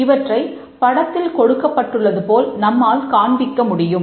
இவற்றை படத்தில் கொடுக்கப்பட்டுள்ளது போல் நம்மால் காண்பிக்க முடியும்